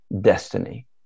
destiny